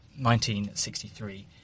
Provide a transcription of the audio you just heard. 1963